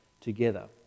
together